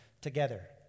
together